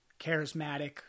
charismatic